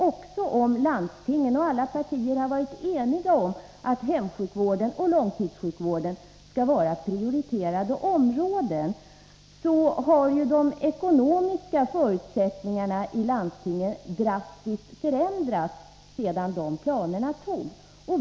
Även om landstingen och alla partier har varit eniga om att hemsjukvården och långtidssjukvården skall vara prioriterade områden, har de ekonomiska förutsättningarna i landstingen drastiskt förändrats sedan de planerna antogs.